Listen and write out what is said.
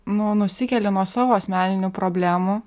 nu nusikeli nuo savo asmeninių problemų